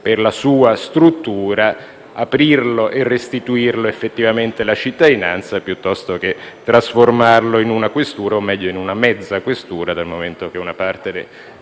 per la sua struttura, aprirlo e restituirlo effettivamente alla cittadinanza piuttosto che trasformarlo in una questura, o meglio in una mezza questura, dal momento che una parte